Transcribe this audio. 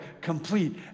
complete